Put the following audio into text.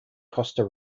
costa